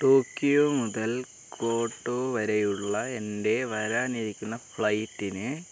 Tokyo മുതൽ കോട്ടോ വരെയുള്ള എൻ്റെ വരാനിരിക്കുന്ന ഫ്ലൈറ്റിന്